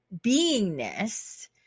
beingness